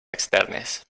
externes